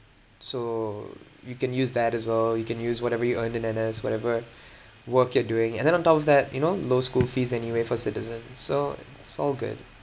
so you can use that as well you can use whatever you earn in N_S whatever work you're doing and then on top of that you know low school fees anyway for citizens so it's all good